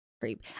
creep